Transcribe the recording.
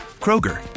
Kroger